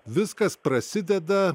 viskas prasideda